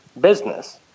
business